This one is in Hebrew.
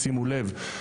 שימו לב,